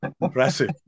Impressive